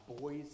boys